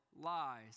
lies